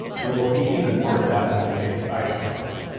and then we'll see even more of that when we take the side plate off.